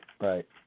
right